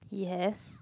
yes